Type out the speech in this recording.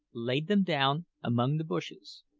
laid them down among the bushes.